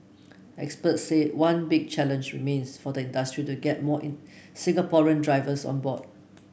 experts said one big challenge remains for the industry to get more in Singaporean drivers on board